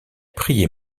priait